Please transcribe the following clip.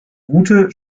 gute